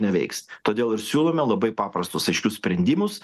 neveiks todėl ir siūlome labai paprastus aiškius sprendimus